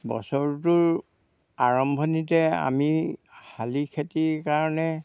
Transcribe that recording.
বছৰটোৰ আৰম্ভণিতে আমি শালি খেতিৰ কাৰণে